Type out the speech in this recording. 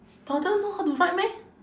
toddler know how to write meh